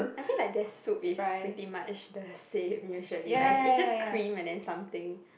I think like their soup is pretty much the same usually like it's it's just cream and then something